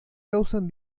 causan